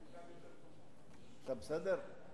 עכשיו בסדר?